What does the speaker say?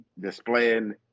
displaying